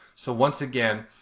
so once again,